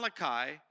Malachi